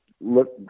look